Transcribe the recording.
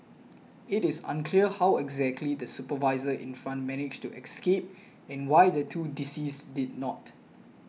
it is unclear how exactly the supervisor in front managed to escape and why the two deceased did not